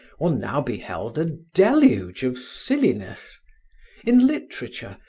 one now beheld a deluge of silliness in literature,